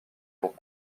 pour